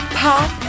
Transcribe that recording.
pop